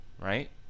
right